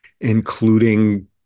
including